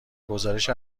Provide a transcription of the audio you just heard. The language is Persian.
گزارش